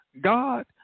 God